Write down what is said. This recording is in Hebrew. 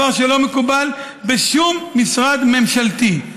דבר שלא מקובל בשום משרד ממשלתי.